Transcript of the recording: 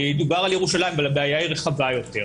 דובר על ירושלים, אבל הבעיה רחבה יותר.